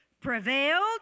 prevailed